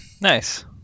Nice